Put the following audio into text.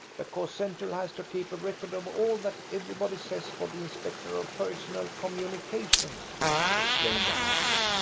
because central has to keep a record of all that everybody says for the inspector of personal communications explained the hatter.